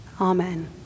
Amen